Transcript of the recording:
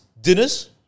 dinners